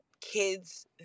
kids